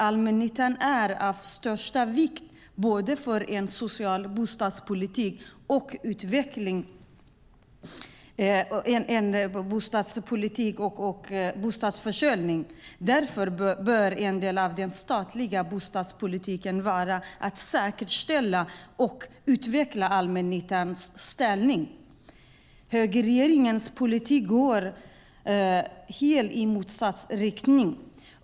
Allmännyttan är av största vikt både för en social bostadspolitik och för bostadsförsörjningen. Därför bör en del av den statliga bostadspolitiken vara att säkerställa och utveckla allmännyttans ställning. Högerregeringens politik går i helt motsatt riktning.